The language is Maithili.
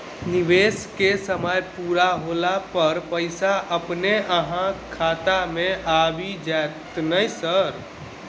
निवेश केँ समय पूरा होला पर पैसा अपने अहाँ खाता मे आबि जाइत नै सर?